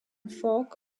falk